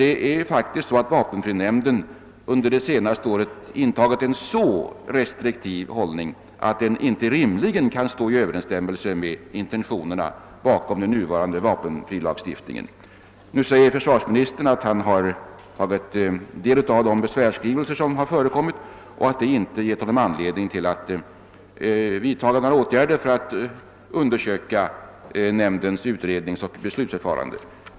Det är fakfiskt så att vapenfrinämnden under det senaste året intagit en hållning som varit så restriktiv att den inte rimligen kan stå i överensstämmelse med intentionerna bakom den nuvarande vapenfrilagstiftningen. Försvarsministern säger att han har tagit del av de besvärsskrivelser som avgivits och att detta inte har givit honom anledning att vidta några åtgärder för att undersöka nämndens utredningsoch beslutsförfarande.